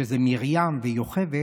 שזה מרים ויוכבד: